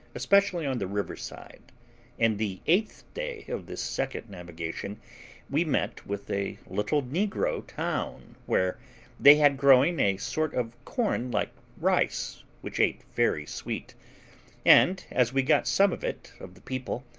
especially on the river-side and the eighth day of this second navigation we met with a little negro town, where they had growing a sort of corn like rice, which ate very sweet and, as we got some of it of the people,